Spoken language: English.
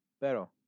Pero